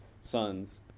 sons